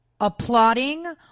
applauding